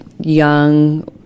young